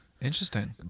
Interesting